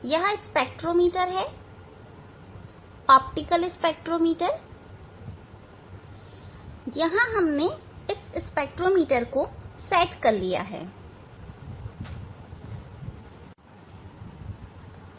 यह स्पेक्ट्रोमीटर है optical spectrometer यहां हमने इस स्पेक्ट्रोमीटर को सेट कर लिया है